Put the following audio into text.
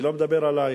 אני לא מדבר עלייך.